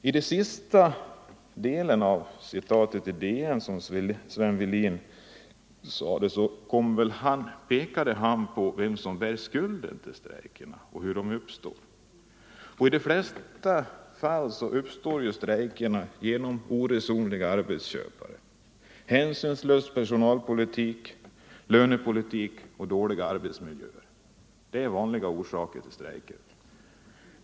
I det sistnämnda citatet ur DN pekade Sven Wehlin på vem som bär skulden till strejkerna och hur de uppstår. I de flesta fall uppstår strejkerna på grund av oresonliga arbetsköpares uppträdande: hänsynslös personaloch lönepolitik samt dåliga arbetsmiljöer. Det är vanliga orsaker.